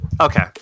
Okay